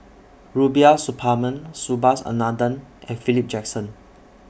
Rubiah Suparman Subhas Anandan and Philip Jackson